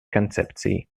концепции